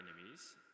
enemies